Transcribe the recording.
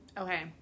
okay